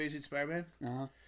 Spider-Man